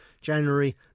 January